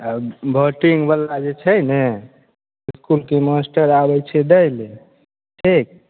voting बला जे छै ने इसकुलके मास्टर आबै छै दै ले ठीक